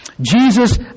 Jesus